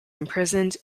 imprisoned